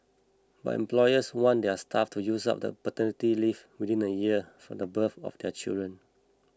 but employers want their staff to use up the paternity leave within a year from the birth of their children